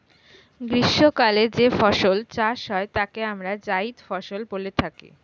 গ্রীষ্মকালে যে ফসল চাষ হয় তাকে আমরা জায়িদ ফসল বলে থাকি